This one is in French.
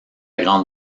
grande